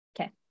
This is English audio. Okay